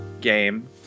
game